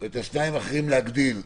את השניים האחרים להגדיל.